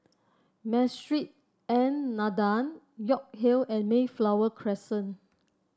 Masjid An Nahdhah York Hill and Mayflower Crescent